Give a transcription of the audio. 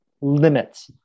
limits